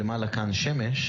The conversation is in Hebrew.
במחשב.